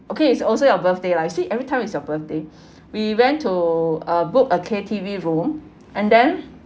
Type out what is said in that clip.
okay it's also your birthday lah you see every time it's your birthday we went to uh book a K_T_V room and then